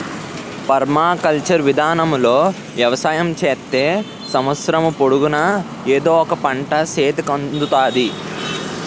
permaculture విధానములో వ్యవసాయం చేత్తే సంవత్సరము పొడుగునా ఎదో ఒక పంట సేతికి అందుతాది